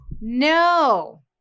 No